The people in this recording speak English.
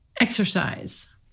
exercise